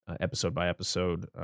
episode-by-episode